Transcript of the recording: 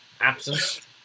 absence